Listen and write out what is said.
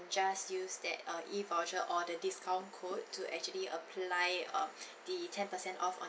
just use that uh E voucher or the discount code to actually apply um the ten percent off on